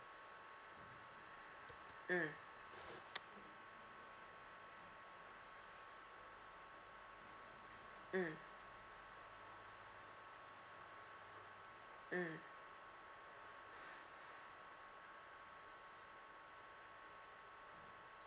mm mm mm